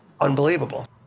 unbelievable